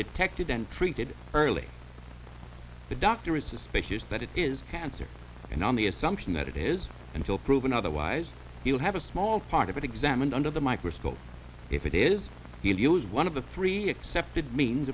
detected and treated early the doctor is suspicious that it is cancer and on the assumption that it is until proven otherwise he'll have a small part of it examined under the microscope if it is he'll use one of the three accepted means